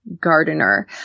gardener